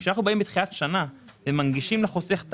כשאנחנו באים בתחילת שנה ומנגישים לחוסך את